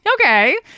Okay